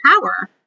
power